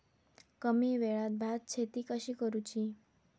कमी वेळात भात शेती कशी करुची?